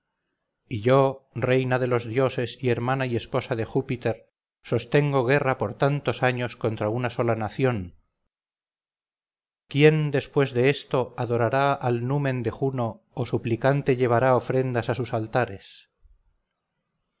y yo reina de los dioses y hermana y esposa de júpiter sostengo guerra por tantos años contra una sola nación quién después de esto adorará al numen de juno o suplicante llevará ofrendas a sus altares